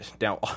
Now